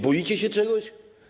Boicie się czegoś?